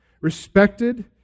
Respected